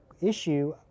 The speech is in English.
issue